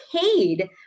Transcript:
paid